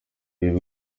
y’i